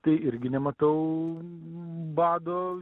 tai irgi nematau bado